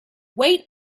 wait